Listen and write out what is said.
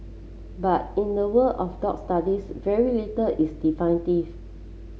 but in the world of dog studies very little is